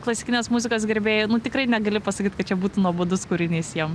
klasikinės muzikos gerbėjai tikrai negali pasakyt kad čia būtų nuobodus kūrinys jiem